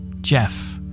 Jeff